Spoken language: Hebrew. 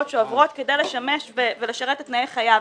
שעוברות כדי לשמש ולשרת את תנאי חייו,